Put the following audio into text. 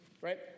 right